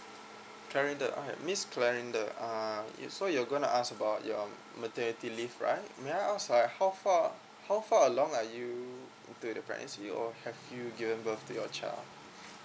C L A R I N D A hi miss C L A R I N D A uh you so you're gonna ask about your maternity leave right may I ask uh how far how far along are you into the pregnancy or have you given birth to your child